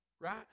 Right